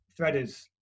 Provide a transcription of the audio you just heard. threaders